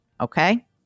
Okay